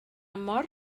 mor